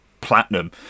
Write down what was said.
Platinum